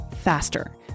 faster